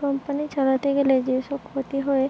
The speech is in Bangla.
কোম্পানি চালাতে গিলে যে সব ক্ষতি হয়ে